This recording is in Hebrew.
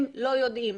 הציבור לא יודע.